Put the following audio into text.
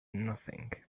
nothing